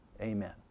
amen